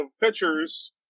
pitchers